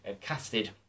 casted